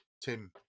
Tim